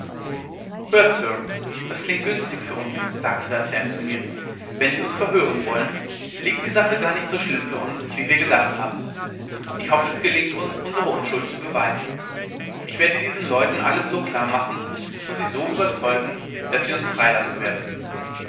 hört sir das klingt günstig für uns sagte da sam zu mir wenn sie uns verhören wollen liegt die sache gar nicht so schlimm für uns wie wir gedacht haben ich hoffe es gelingt uns unsere unschuld zu beweisen ich werde diesen leuten alles so klar machen und sie so überzeugen daß sie uns freilassen werden